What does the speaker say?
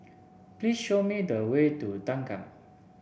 please show me the way to Thanggam